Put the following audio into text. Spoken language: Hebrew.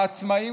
העצמאים,